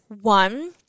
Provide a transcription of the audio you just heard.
one